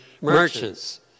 merchants